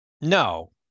No